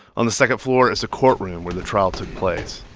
on the second floor is the courtroom where the trial took place